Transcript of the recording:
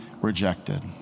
rejected